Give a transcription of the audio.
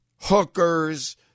hookers